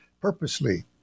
purposely